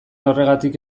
horregatik